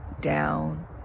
down